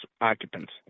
occupants